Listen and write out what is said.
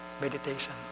meditation